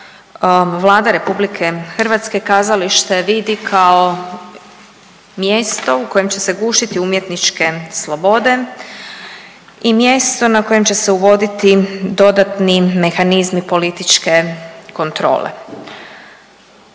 Vlada Republike Hrvatske kazalište vidi kao mjesto u kojem će se gušiti umjetničke slobode i mjesto na kojem će uvoditi dodatni mehanizmi političke kontrole.